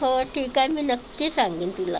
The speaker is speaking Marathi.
हो ठीक आहे मी नक्की सांगेन तुला